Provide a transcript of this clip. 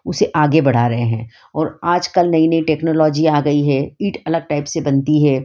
उसे आगे बढ़ा रहे हैं और आजकल नई नई टेक्नोलॉजी आ गई है ईट अलग टाइप से बनती है